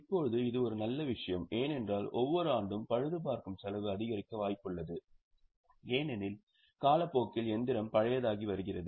இப்போது இது ஒரு நல்ல விஷயம் ஏனென்றால் ஒவ்வொரு ஆண்டும் பழுதுபார்க்கும் செலவு அதிகரிக்க வாய்ப்புள்ளது ஏனெனில் காலப்போக்கில் இயந்திரம் பழையதாகி வருகிறது